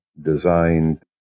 designed